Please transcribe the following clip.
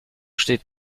steht